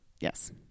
Yes